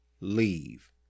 leave